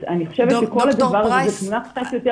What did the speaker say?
אז אני חושבת שהתמונה היא קצת יותר